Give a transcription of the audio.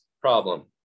problem